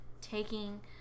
taking